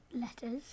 letters